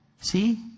See